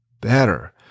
better